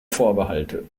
vorbehalte